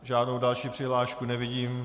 Žádnou další přihlášku nevidím.